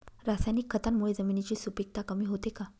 रासायनिक खतांमुळे जमिनीची सुपिकता कमी होते का?